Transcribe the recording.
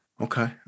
Okay